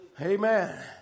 Amen